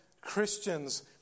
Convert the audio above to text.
Christians